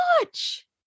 watch